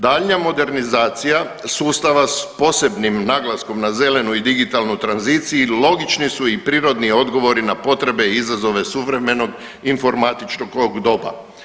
Daljnja modernizacija sustava s posebnim naglaskom na zelenu i digitalnu tranziciju logični su i prirodni odgovori na potrebe i izazove suvremenog informatičkog doba.